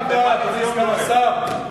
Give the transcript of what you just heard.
סגן השר,